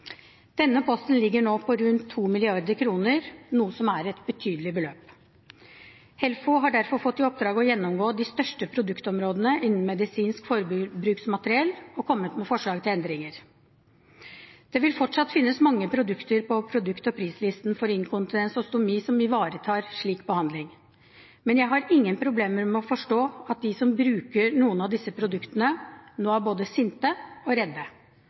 Denne posten ligger nå på rundt 2 mrd. kr, noe som er et betydelig beløp. HELFO har derfor fått i oppdrag å gjennomgå de største produktområdene innen medisinsk forbruksmateriell, og kommet med forslag til endringer. Det vil fortsatt finnes mange produkter på produkt- og prislistene for inkontinens og stomi som ivaretar slik behandling, men jeg har ingen problemer med å forstå at de som bruker noen av disse produktene, nå er både sinte og redde.